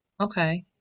Okay